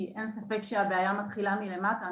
כי אין ספק שהבעיה מתחילה מלמטה.